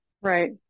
Right